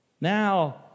now